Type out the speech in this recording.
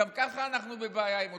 גם ככה אנחנו בבעיה עם מוטיבציה.